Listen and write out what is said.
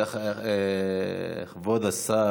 כבוד השר,